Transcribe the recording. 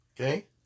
Okay